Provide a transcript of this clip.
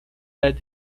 fed